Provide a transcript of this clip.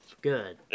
good